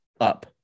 up